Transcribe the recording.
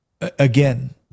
again